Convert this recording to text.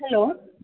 hello